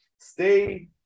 Stay